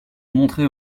montrait